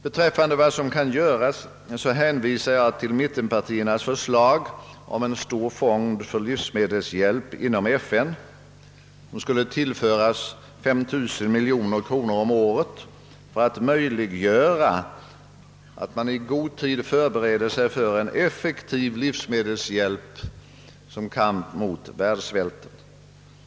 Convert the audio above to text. Beträffande frågan vad som kan göras hänvisar jag till mittenpartiernas förslag om en stor fond för livsmedelshjälp inom FN, vilken skulle tillföras 3000 miljoner kronor om året för att möjliggöra att man i god tid förbereder sig för en effektiv livsmedelshjälp som kamp mot världssvälten.